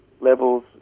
levels